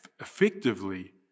effectively